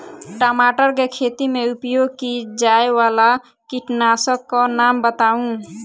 टमाटर केँ खेती मे उपयोग की जायवला कीटनासक कऽ नाम बताऊ?